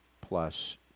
plus